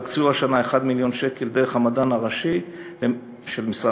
הוקצו השנה 1 מיליון שקל דרך המדען הראשי של משרד